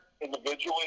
individually